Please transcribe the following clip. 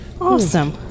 awesome